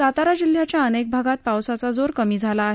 सातारा जिल्ह्याच्या अनेक भागांत पावसाचा जोर कमी झाला आहे